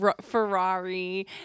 Ferrari